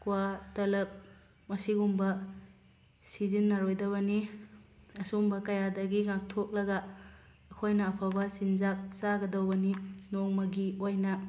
ꯀ꯭ꯋꯥ ꯇꯂꯕ ꯑꯁꯤꯒꯨꯝꯕ ꯁꯤꯖꯤꯟꯅꯔꯣꯏꯗꯕꯅꯤ ꯑꯁꯤꯒꯨꯝꯕ ꯀꯌꯥꯗꯒꯤ ꯉꯥꯛꯊꯣꯛꯂꯒ ꯑꯩꯈꯣꯏꯅ ꯑꯐꯕ ꯆꯤꯟꯖꯥꯛ ꯆꯥꯒꯗꯧꯕꯅꯤ ꯅꯣꯡꯃꯒꯤ ꯑꯣꯏꯅ